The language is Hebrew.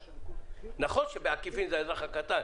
נכון שבעקיפין זה האזרח הקטן,